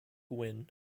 win